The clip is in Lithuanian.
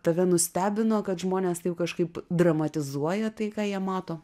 tave nustebino kad žmonės taip kažkaip dramatizuoja tai ką jie mato